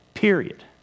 Period